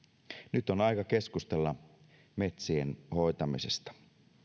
nyt on aika keskustella metsien hoitamisesta